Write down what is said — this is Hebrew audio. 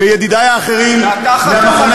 וידידי האחרים מהמחנה